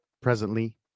presently